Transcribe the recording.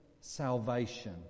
salvation